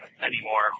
anymore